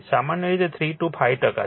સામાન્ય રીતે 3 થી 5 ટકા છે